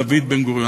דוד בן-גוריון.